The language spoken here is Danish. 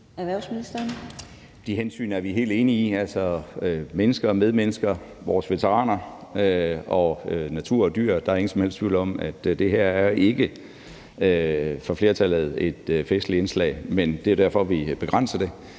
De hensyn er vi helt enige i. I forhold til medmennesker, vores veteraner og natur og dyr er der ingen som helst tvivl om, at det her for flertallet ikke er et festligt indslag. Det er jo derfor, vi begrænser det.